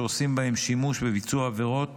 שעושים בהם שימוש בביצוע עבירות